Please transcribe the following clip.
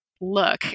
look